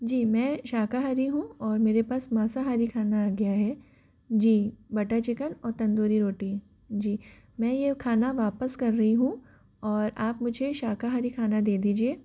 जी मैं शाकाहारी हूँ और मेरे पास माँसाहारी खाना आ गया है जी बटर चिकन और तंदूरी रोटी जी मैं यह खाना वापस कर रही हूँ और आप मुझे शाकाहारी खाना दे दीजिए